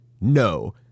No